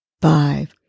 five